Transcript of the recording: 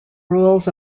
rules